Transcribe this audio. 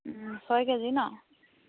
ছয় কেজি নহ্